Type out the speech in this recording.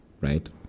Right